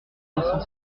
quatre